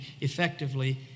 effectively